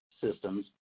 systems